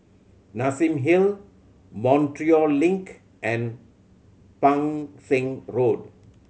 Nassim Hill Montreal Link and Pang Seng Road